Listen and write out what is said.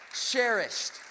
cherished